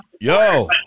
Yo